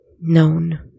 Known